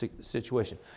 situation